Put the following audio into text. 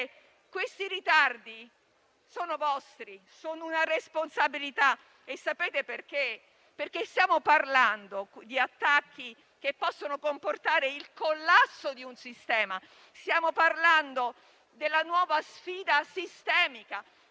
Questi ritardi sono vostri, sono una responsabilità, perché stiamo parlando di attacchi che possono comportare il collasso di un sistema; stiamo parlando della nuova sfida sistemica